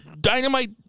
Dynamite